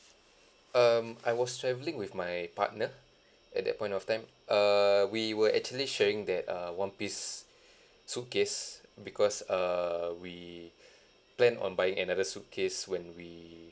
um I was travelling with my partner at that point of time err we were actually sharing that uh one piece suitcase because err we plan on buying another suitcase when we